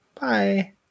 bye